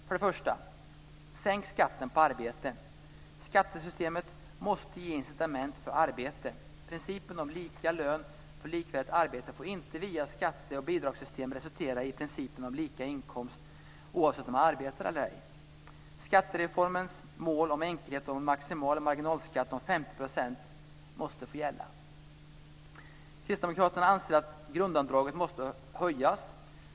För det första: Sänk skatten på arbete. Skattesystemet måste ge incitament för arbete. Principen om lika lön för likvärdigt arbete får inte via skatte och bidragssystemen resultera i principen om lika inkomst oavsett om man arbetar eller ej. Skattereformens mål om enkelhet och en maximal marginalskatt på 50 % måste få gälla. Kristdemokraterna anser att grundavdraget måste höjas.